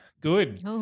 good